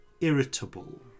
irritable